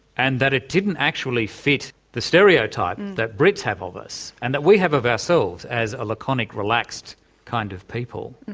and that it didn't actually fit the stereotype and that brits have of us, and that we have of ourselves, as a laconic, relaxed kind of people.